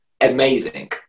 amazing